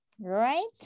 Right